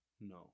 No